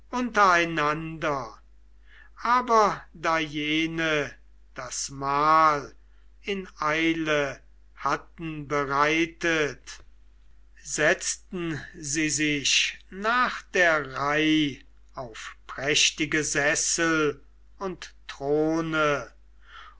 aber da jene das mahl in eile hatten bereitet setzten sie sich nach der reih auf prächtige sessel und throne